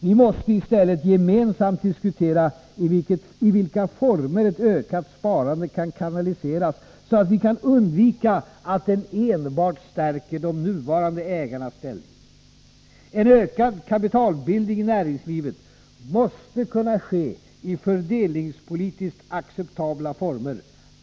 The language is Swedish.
Vi måste i stället gemensamt diskutera i vilka former ett ökat sparande kan kanaliseras, så att vi kan undvika att den enbart stärker de nuvarande ägarnas ställning. En ökad kapitalbildning i näringslivet måste kunna ske i fördelningspolitiskt acceptabla former.